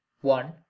one